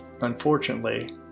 Unfortunately